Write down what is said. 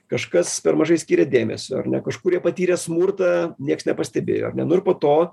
kažkas per mažai skyrė dėmesio ar ne kažkurie patyrę smurtą nieks nepastebėjo ar ne to